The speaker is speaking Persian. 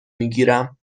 میگیرم